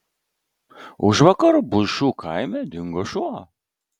užvakar buišų kaime dingo šuo